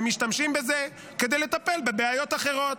הם משתמשים בזה כדי לטפל בבעיות אחרות,